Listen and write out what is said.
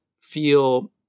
feel